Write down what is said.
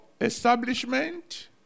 establishment